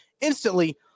instantly